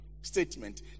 statement